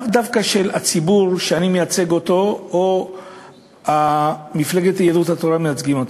לאו דווקא בציבור שאני מייצג או מפלגת יהדות התורה מייצגת,